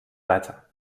weiter